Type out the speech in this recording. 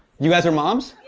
you guys are moms?